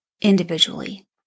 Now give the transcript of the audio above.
individually